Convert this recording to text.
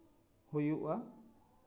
ᱦᱩᱭᱩᱜᱼᱟ